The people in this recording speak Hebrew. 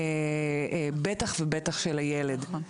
בטח ובטח של הילד.